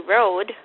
Road